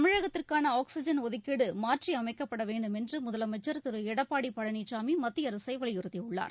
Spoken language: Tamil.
தமிழகத்திற்காள ஆக்ஸிஜன் ஒதுக்கீடு மாற்றியமைக்கப்பட வேண்டும் என்று முதலமைச்சர் திரு எடப்பாடி பழனிசாமி மத்திய அரசை வலியுறுத்தியுள்ளார்